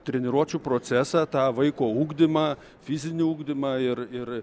treniruočių procesą tą vaiko ugdymą fizinį ugdymą ir ir